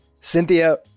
Cynthia